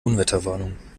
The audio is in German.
unwetterwarnung